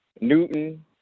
Newton